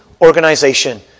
organization